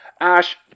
Ash